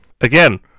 Again